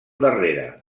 darrere